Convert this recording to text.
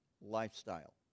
lifestyle